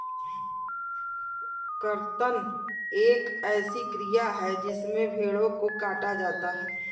कर्तन एक ऐसी क्रिया है जिसमें भेड़ों को काटा जाता है